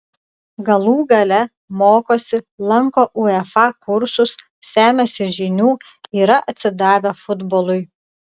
galų gale mokosi lanko uefa kursus semiasi žinių yra atsidavę futbolui